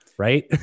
Right